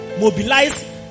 Mobilize